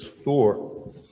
store